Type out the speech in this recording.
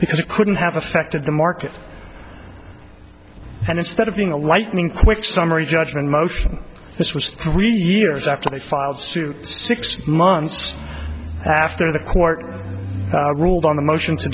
because it couldn't have affected the market and instead of being a lightning quick summary judgment motion this was three years after they filed suit six months after the court ruled on the motions to